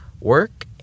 work